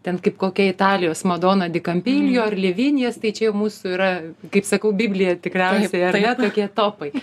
ten kaip kokia italijos madona di kampiljo ir livinjas tai čia jau mūsų yra kaip sakau biblija tikriausiai ar ne tokie topai